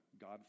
God